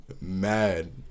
mad